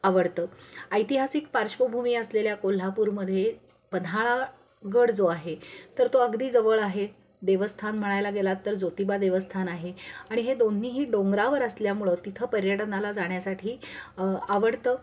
आवडतं ऐतिहासिक पार्वभूमी असलेल्या कोल्हापूरमधे पन्हाळागड जो आहे तर तो अगदी जवळ आहे देवस्थान म्हणायला गेला तर ज्योतिबा देवस्थान आहे आणि हे दोन्ही डोंगरावर असल्यामुळं तिथं पर्यटनाला जाण्यासाठी आवडतं